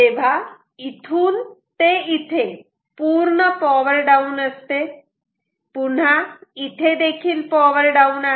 तेव्हा इथून ते इथे पूर्ण पॉवर डाऊन असते पुन्हा इथेदेखील पॉवर डाऊन आहे